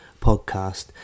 podcast